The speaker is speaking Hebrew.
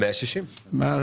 160 מיליון.